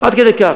עד כדי כך.